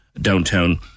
downtown